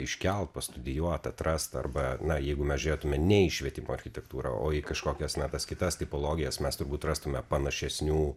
iškelt pastudijuot atrast arba na jeigu mes žiūrėtume ne į švietimo architektūrą o į kažkokias na tas kitas tipologijas mes turbūt rastume panašesnių